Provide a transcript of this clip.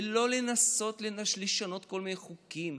ולא לנסות לשנות כל מיני חוקים,